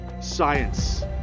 science